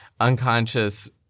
unconscious